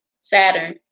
Saturn